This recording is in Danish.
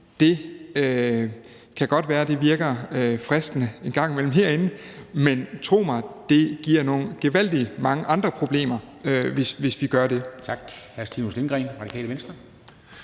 Det kan godt være, at det virker fristende en gang imellem herinde, men tro mig, det giver gevaldig mange andre problemer, hvis vi gør det. Kl. 10:49 Formanden (Henrik